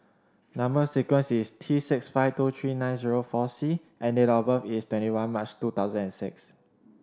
number sequence is T six five two three nine zero four C and date of birth is twenty one March two thousand and six